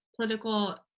political